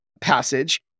passage